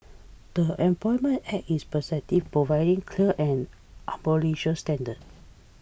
the Employment Act is prescriptive providing clear and unambiguous standards